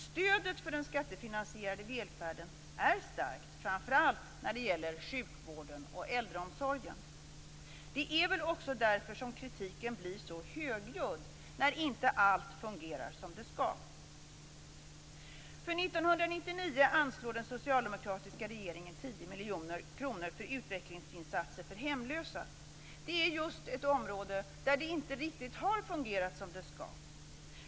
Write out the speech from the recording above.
Stödet för den skattefinansierade välfärden är starkt. Framför allt gäller det sjukvården och äldreomsorgen. Det är väl också därför som kritiken blir så högljudd när inte allt fungerar som det skall. För 1999 anslår den socialdemokratiska regeringen 10 miljoner kronor för utvecklingsinsatser för hemlösa. Det är ett område där det inte har fungerat som det skall.